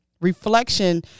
reflection